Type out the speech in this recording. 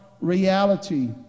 reality